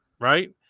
Right